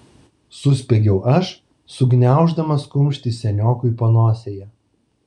suspiegiau aš sugniauždamas kumštį seniokui panosėje